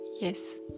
Yes